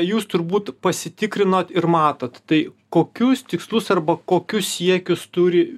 jūs turbūt pasitikrinot ir matot tai kokius tikslus arba kokius siekius turi